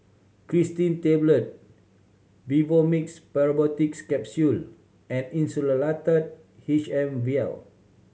Cetirizine Tablet Vivomixx Probiotics Capsule and Insulatard H M Vial